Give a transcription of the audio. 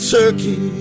turkey